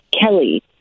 Kelly